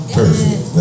Perfect